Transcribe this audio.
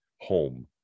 home